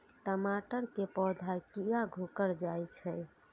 टमाटर के पौधा किया घुकर जायछे?